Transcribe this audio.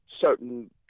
certain